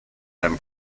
them